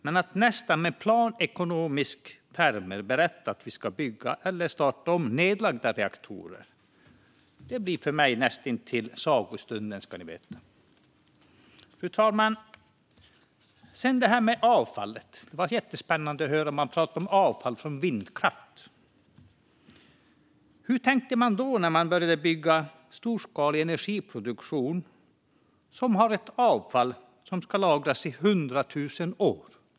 Men att man med nästan planekonomiska termer berättar att man ska bygga eller starta om nedlagda reaktorer blir för mig näst intill en sagostund, ska ni veta. Fru talman! När det gäller avfallet har det varit jättespännande att man pratar om avfall från vindkraft. Men hur tänkte man när man började bygga storskalig energiproduktion som har ett avfall som ska lagras i 100 000 år?